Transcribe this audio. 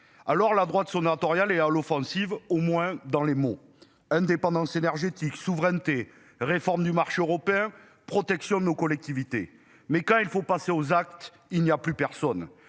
Alors la droite son n'entend rien Les à l'offensive au moins dans les mots, indépendance énergétique, souveraineté, réforme du marché européen, protection de nos collectivités. Mais quand il faut passer aux actes, il n'y a plus personne.